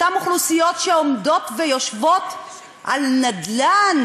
אותן אוכלוסיות שעומדות ויושבות על נדל"ן,